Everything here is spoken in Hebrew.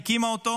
היא הקימה אותו,